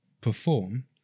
perform